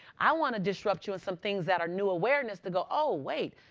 i want to disrupt you in some things that are new awareness to go, oh, wait.